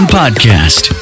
podcast